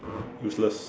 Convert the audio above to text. useless